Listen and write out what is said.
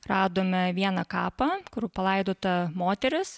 radome vieną kapą kur palaidota moteris